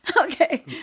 Okay